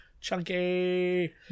Chunky